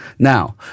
Now